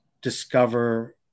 discover